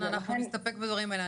דנה, אנחנו נסתפק בדברים האלה.